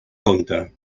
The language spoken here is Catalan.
compte